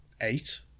eight